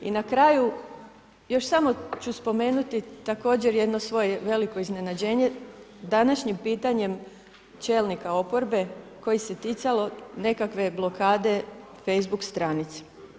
I na kraju još samo ću spomenuti također jedno svoje veliko iznenađenje današnjim pitanjem čelnika oporbe koji se ticalo nekakve blokade Facebook stranice.